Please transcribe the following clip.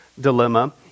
dilemma